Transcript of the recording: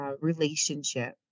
relationship